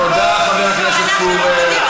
תודה, חבר הכנסת פורר.